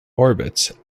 orbits